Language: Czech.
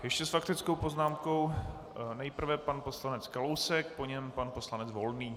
Ještě s faktickou poznámkou nejprve pan poslanec Kalousek, po něm pan poslanec Volný.